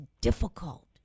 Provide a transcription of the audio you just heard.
difficult